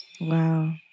Wow